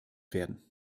werden